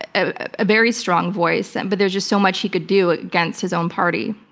a very strong voice, and but there's just so much he could do against his own party.